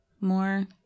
more